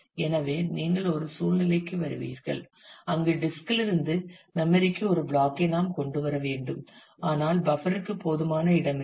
எனவே நீங்கள் ஒரு சூழ்நிலைக்கு வருவீர்கள் அங்கு டிஸ்க் இல் இருந்து மெம்மரி க்கு ஒரு பிளாக் ஐ நாம் கொண்டு வர வேண்டும் ஆனால் பஃப்பர் க்கு போதுமான இடம் இல்லை